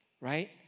Right